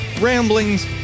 ramblings